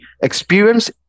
experience